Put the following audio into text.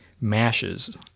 mashes